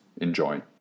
Enjoy